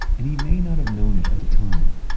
and he may not have known it at the time,